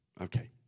Okay